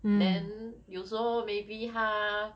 then 有时候 maybe 她